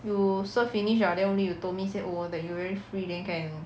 you serve finish liao then only you told me said oh that you very free then can